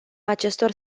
acestor